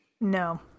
No